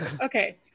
okay